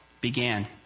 began